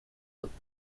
golpe